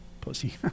pussy